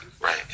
right